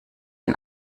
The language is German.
ein